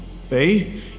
Faye